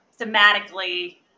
thematically